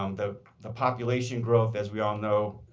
um the the population growth, as we all know,